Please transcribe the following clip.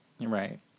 Right